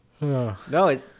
no